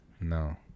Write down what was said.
no